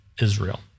Israel